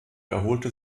erholte